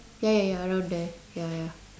ya ya ya around there ya ya